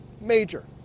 Major